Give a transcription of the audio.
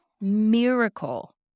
miracle